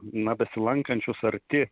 na besilankančius arti